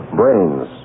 brains